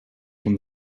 from